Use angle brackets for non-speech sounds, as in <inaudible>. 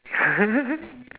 <laughs>